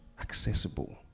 Accessible